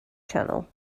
channel